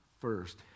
first